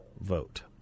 vote